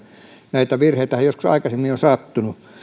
näitä virheitähän joskus aikaisemmin on sattunut